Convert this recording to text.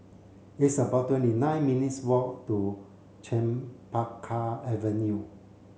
it's about twenty nine minutes' walk to Chempaka Avenue